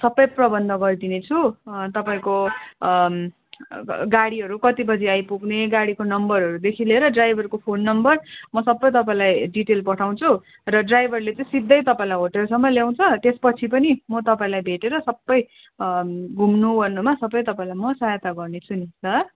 सबै प्रबन्ध गरिदिनेछु तपाईँको गाडीहरू कति बजी आइपुग्ने गाडीको नम्बरहरूदेखि लिएर ड्राइभरको फोन नम्बर म सबै तपाईँलाई डिटेल पठाउँछु र ड्राइभरले चाहिँ सिधै तपाईँलाई होटलसम्म ल्याउँछ त्यसपछि पनि म तपाईँलाई भेटेर सबै घुम्नुओर्नुमा सबै तपाईँलाई म सहायता गर्नेछु नि ल